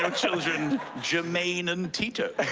um children jermaine and tito?